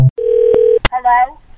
Hello